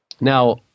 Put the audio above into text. Now